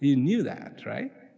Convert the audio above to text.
you knew that right